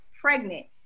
pregnant